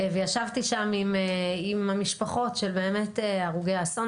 וישבתי שם עם המשפחות של הרוגי האסון.